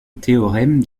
théorème